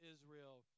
Israel